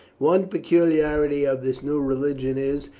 one peculiarity of this new religion is,